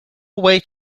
way